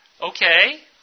Okay